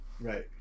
Right